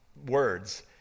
words